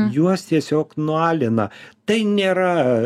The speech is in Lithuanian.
juos tiesiog nualina tai nėra